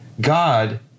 God